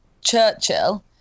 Churchill